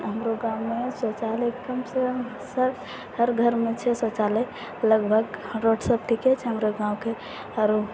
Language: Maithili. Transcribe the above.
हमरो गाम मे शौचालय के कम से कम हर घर मे छै शौचालय लगभग रोड सब ठीके छै हमरो गाँवके आरो